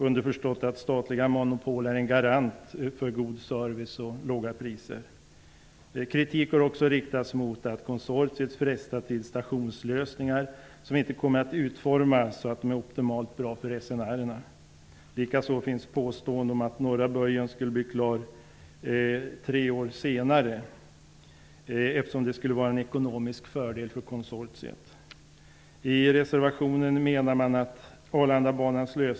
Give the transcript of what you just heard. Underförstått är att statliga monopol är en garanti för god service och låga priser. Kritik har också riktats mot att konsortiet frestas till stationslösningar som inte kommer att utformas så att de är optimalt bra för resenärerna. Likaså finns påståenden om att Norra böjen skulle bli klar tre år senare än angivet, eftersom det skulle vara en ekonomisk fördel för konsortiet.